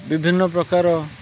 ବିଭିନ୍ନ ପ୍ରକାର